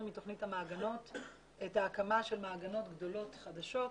מתוכנית המעגנות את ההקמה של מעגנות גדולות חדשות.